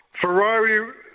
Ferrari